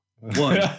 One